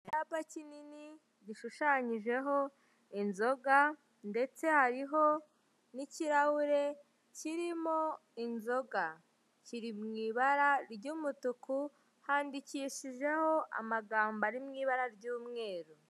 Icyapa kinini gishushanyijeho inzoga ndetse hariho n'ikirahure kirimo inzoga, kiri mu ibara ry'umutuku handikishijeho amagambo ari mu ibara ry'umweru.